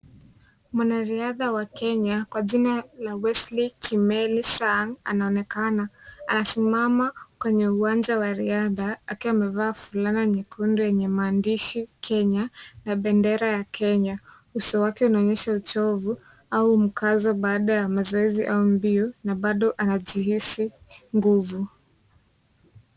Mwanariadha wa kenya kwa jina Wesley Kimeli Sang anaonekana nmesimama kwenye uwanja wa riadha akiwa amevaa fulana nyekundu yenye maandishi Kenya na bendera ya kenya. Uso wake unaonyesha uchovu au mkazo baada ya mazoezi au mbio na bado anajiisi nguvu.